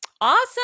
awesome